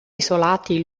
isolati